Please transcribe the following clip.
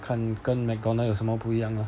看跟 McDonald's 有什么不一样 lah